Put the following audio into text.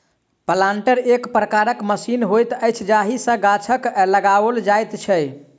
planter एक प्रकारक machine होइत अछि जाहि सॅ गाछ लगाओल जाइत छै